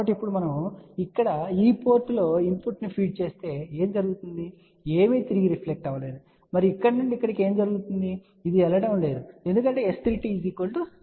కాబట్టి ఇప్పుడు మనము ఇక్కడ ఈ పోర్టులో ఇన్పుట్ను ఫీడ్ చేస్తే ఏమి జరుగుతుంది ఏమీ తిరిగి రిఫ్లెక్ట్ అవ్వలేదు మరియు ఇక్కడ నుండి ఇక్కడకు ఏమి జరుగుతుంది ఏది వెళ్లడం లేదు ఎందుకంటే S32 0